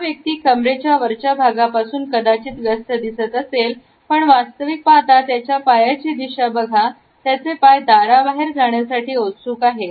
हा व्यक्ती कमरेच्या वरच्या भागापासून कदाचित व्यस्त दिसत असेल पण वास्तविक पाहता त्याच्या पायाची दिशा बघा त्याचे पाय दाराबाहेर जाण्यासाठी उत्सुक आहेत